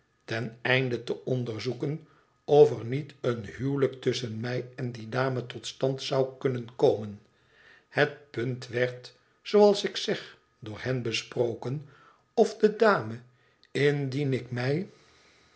ten einde te onderzoeken of er niet een huwelijk tusschen mij en die dame tot stand zou kunnen komen het punt werd zooals ik zeg door hen besproken of de dame indien ik mij